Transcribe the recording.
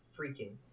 freaking